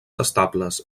estables